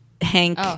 Hank